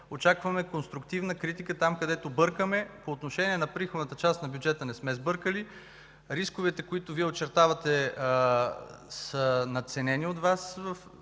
Очакваме конструктивна критика там, където бъркаме. По отношение на приходната част на бюджета не сме сбъркали. Рисковете, които Вие очертавате, са надценени от Вас. В това